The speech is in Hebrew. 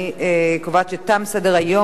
אני קובעת שתם סדר-היום.